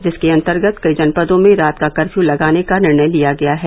जिसके अन्तर्गत कई जनपदों में रात का कर्फ्यू लगाने का निर्णय लिया है